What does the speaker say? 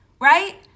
right